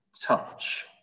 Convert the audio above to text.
touch